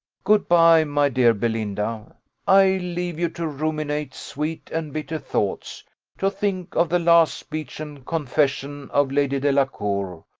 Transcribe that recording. good bye, my dear belinda i leave you to ruminate sweet and bitter thoughts to think of the last speech and confession of lady delacour,